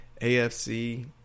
AFC